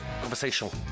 conversational